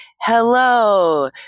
Hello